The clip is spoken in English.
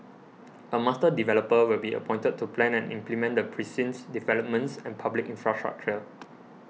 a master developer will be appointed to plan and implement the precinct's developments and public infrastructure